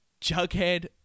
Jughead